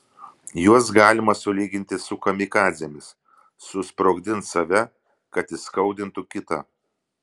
juos galima sulyginti su kamikadzėmis susprogdins save kad įskaudintų kitą